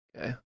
Okay